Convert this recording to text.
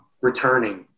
returning